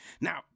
now